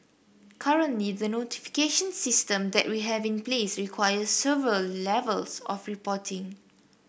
currently the notification system that we have in place requires several levels of reporting